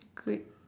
good